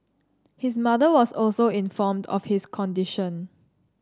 his mother was also informed of his condition